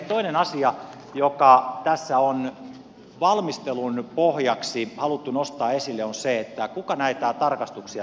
toinen asia joka tässä on valmistelun pohjaksi haluttu nostaa esille on se kuka näitä tarkastuksia tekee